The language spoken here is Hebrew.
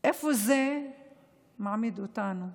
איפה זה מעמיד אותנו?